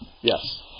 Yes